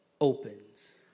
opens